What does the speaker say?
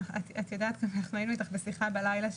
היינו אתך בשיחה בלילה,